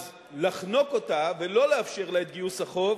אז לחנוק אותה ולא לאפשר לה את גיוס החוב